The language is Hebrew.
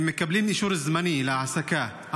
הם מקבלים אישור זמני להעסקה,